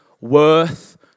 worth